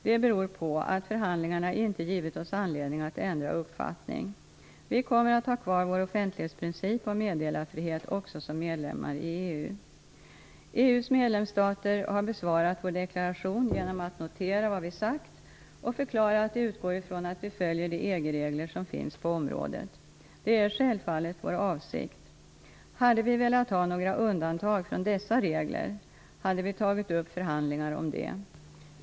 Det beror på att förhandlingarna inte givit oss anledning att ändra uppfattning. Vi kommer att ha kvar vår offentlighetsprincip och meddelarfrihet också som medlemmar i EU. EU:s medlemsstater har besvarat vår deklaration genom att notera vad vi sagt och förklarar att de utgår från att vi följer de EG-regler som finns på området. Det är självfallet vår avsikt. Hade vi velat ha några undantag från dessa regler hade vi tagit upp förhandlingar om det.